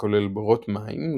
הכולל בורות מים,